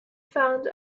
found